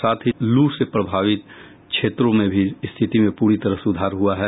साथ ही लू से प्रभावित क्षेत्रों में भी स्थिति में पूरी तरह सुधार हुआ है